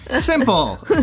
Simple